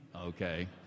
okay